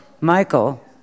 Michael